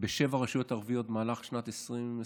בשבע רשויות ערביות במהלך 2023-2022,